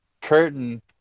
curtain